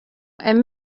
and